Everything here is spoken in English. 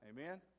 Amen